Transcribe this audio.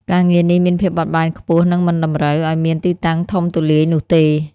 ការងារនេះមានភាពបត់បែនខ្ពស់និងមិនតម្រូវឱ្យមានទីតាំងធំទូលាយនោះទេ។